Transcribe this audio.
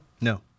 No